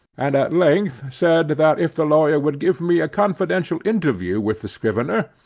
and at length said, that if the lawyer would give me a confidential interview with the scrivener,